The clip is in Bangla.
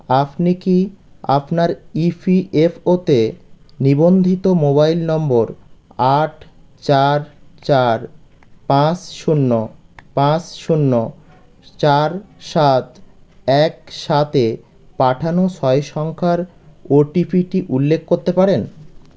আপনি কি আপনার ইপিএফও তে নিবন্ধিত মোবাইল নম্বর আট চার চার পাঁচ শূন্য পাঁচ শূন্য চার সাত এক সাতে পাঠানো ছয় সংখ্যার ওটিপিটি উল্লেখ করতে পারেন